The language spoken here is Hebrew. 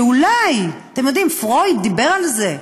שאולי, אתם יודעים, פרויד דיבר על זה,